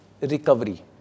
recovery